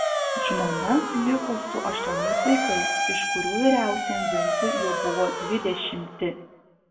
žmona liko su aštuoniais vaikais iš kurių vyriausiajam vincui jau buvo dvidešimti